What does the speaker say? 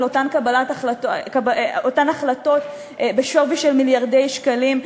אותן החלטות בשווי של מיליארדי שקלים,